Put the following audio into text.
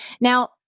Now